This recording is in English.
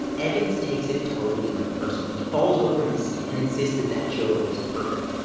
evans takes it totally unpersonally. he falls over in his seat and insists that that joke was perfect.